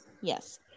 Yes